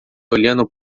olhando